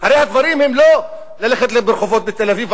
הרי הדברים הם לא ללכת ברחובות בתל-אביב,